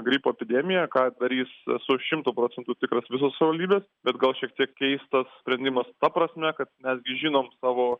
gripo epidemiją ką darys esu šimtu procentų tikras visos savivaldybės bet gal šiek tiek keistas sprendimas ta prasme kad mes gi žinom savo